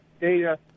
data